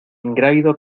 ingrávido